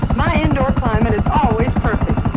my indoor climate is always perfect.